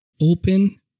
open